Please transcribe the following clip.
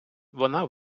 вона